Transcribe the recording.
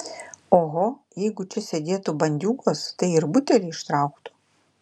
oho jeigu čia sėdėtų bandiūgos tai ir butelį ištrauktų